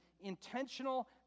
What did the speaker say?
intentional